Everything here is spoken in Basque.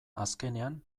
azkenean